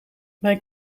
mijn